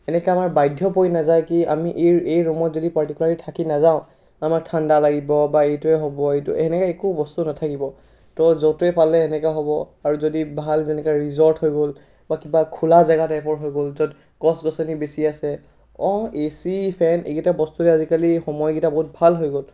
এনেকৈ আমাৰ বাধ্য পৰি নাযাই কি আমি এই এই ৰুমত যদি পাৰ্টিকুলাৰলি থাকি নাযাওঁ আমাৰ ঠাণ্ডা লাগিব বা এইটোয়ে হ'ব এইটো তেনেকৈ একো বস্তু নাথাকিব ত' য'তেই পালে তেনেকুৱা হ'ব আৰু যদি ভাল যেনেকৈ ৰিজৰ্ট হৈ গ'ল বা কিবা খোলা জাগা টাইপৰ হৈ গ'ল য'ত গছ গছনি বেছি আছে অ' এ চি ফেন এইকেইটা বস্তুয়ে আজিকালি সময়কেইটা বহুত ভাল হৈ গ'ল